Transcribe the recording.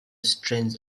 strange